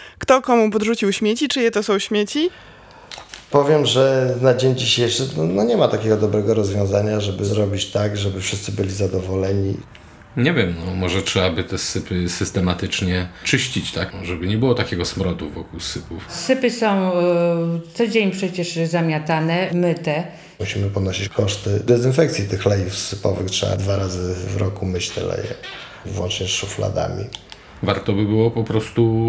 kto komu podrzucił śmieci, czyje to są śmieci. Powiem, że na dzień dzisiejszy, no, nie ma takiego dobrego rozwiązania, żeby zrobić tak, żeby wszyscy byli zadowoleni. Nie wiem, no, może trzeba by te sypy systematycznie czyścić, tak? Żeby nie było takiego smrodu wokół sypów. Sypy są, e, co dzień przecież zamiatane, myte. Musimy ponosić koszty dezynfekcji tych lejów sypowych. Trzeba dwa razy w roku myć te leje, włącznie z szufladami. Warto by było po prostu